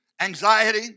anxiety